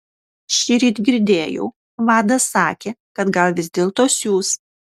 šįryt girdėjau vadas sakė kad gal vis dėlto siųs